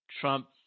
Trump